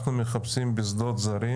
אנחנו מחפשים בשדות זרים.